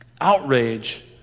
Outrage